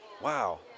Wow